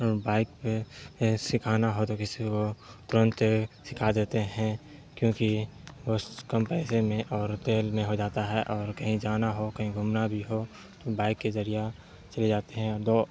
اور بائک پہ سکھانا ہو تو کسی کو ترنت سکھا دیتے ہیں کیونکہ بہت کم پیسے میں اور تیل میں ہو جاتا ہے اور کہیں جانا ہو کہیں گھومنا بھی ہو تو بائک کے ذریعہ چلے جاتے ہیں اور دو